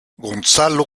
gonzalo